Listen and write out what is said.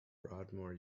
broadmoor